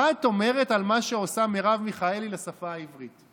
מה את אומרת על מה שעושה מרב מיכאלי לשפה העברית?